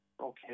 Okay